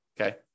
Okay